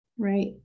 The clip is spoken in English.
right